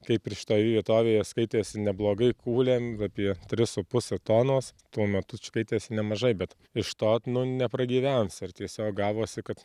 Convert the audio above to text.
kaip ir šitoj vietovėje skaitėsi neblogai kūlėm apie tris su puse tonos tuo metu skaitėsi nemažai bet iš to nu nepragyvensi ir tiesiog gavosi kad